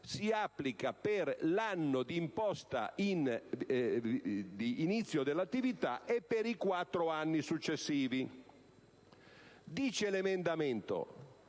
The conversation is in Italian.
si applichi per l'anno d'imposta di inizio dell'attività e per i quattro anni successivi. L'emendamento,